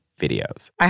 videos